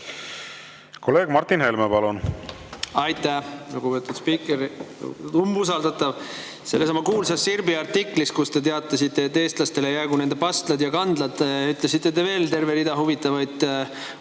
Kolleeg Martin Helme, palun! Aitäh, lugupeetud spiiker! Lugupeetud umbusaldatav! Sellessamas kuulsas Sirbi artiklis, kus te teatasite, et eestlastele jäägu nende pastlad ja kandled, ütlesite te veel terve rea huvitavaid